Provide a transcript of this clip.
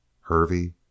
Hervey